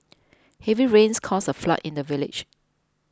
heavy rains caused a flood in the village